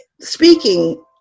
speaking